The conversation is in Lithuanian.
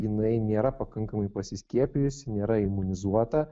jinai nėra pakankamai pasiskiepijusi nėra imunizuota